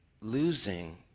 Losing